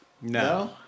No